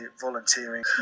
volunteering